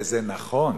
זה נכון,